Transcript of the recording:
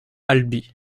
albi